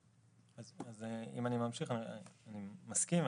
אני מסכים,